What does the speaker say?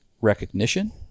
recognition